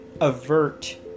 avert